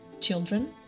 children